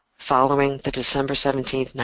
following the december seventeen,